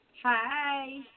Hi